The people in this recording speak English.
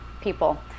people